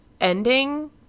ending